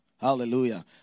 Hallelujah